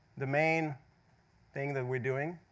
the main thing that we're doing.